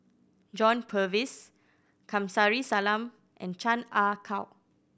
John Purvis Kamsari Salam and Chan Ah Kow